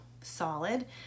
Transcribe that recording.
solid